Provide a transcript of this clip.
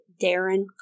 Darren